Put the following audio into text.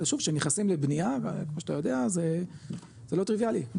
אבל שוב כשנכנסים לבנייה כמו שאתה יודע זה לא טריוויאלי.